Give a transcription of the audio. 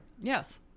yes